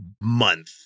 month